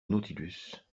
nautilus